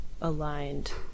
aligned